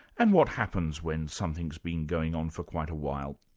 and what happens when something's been going on for quite a while?